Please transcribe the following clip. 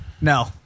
No